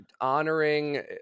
honoring